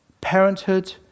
parenthood